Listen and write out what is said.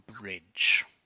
bridge